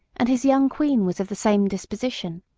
and his young queen was of the same disposition.